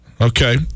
Okay